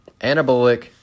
anabolic